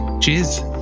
cheers